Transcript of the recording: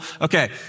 Okay